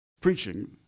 preaching